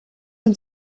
him